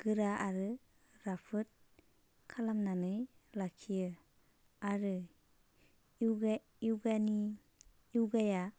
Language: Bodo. गोरा आरो राफोद खालामनानै लाखियो आरो योगानि योगाया